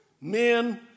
Men